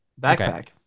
backpack